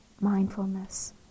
mindfulness